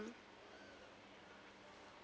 mm